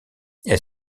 elle